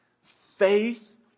Faith